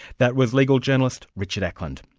that was legal journalist, richard ackland